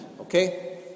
Okay